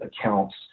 accounts